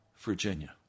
Virginia